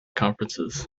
conferences